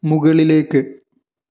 മുകളിലേക്ക്